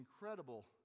incredible